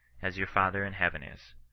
as your father in heaven is.